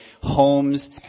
homes